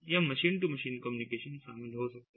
या machine to machine communication शामिल हो सकता है